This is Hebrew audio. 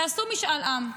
תעשו משאל עם.